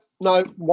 no